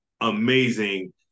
Amazing